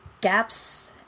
gaps